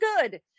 good